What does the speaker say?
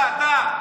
אתה, אתה.